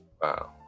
wow